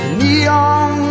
neon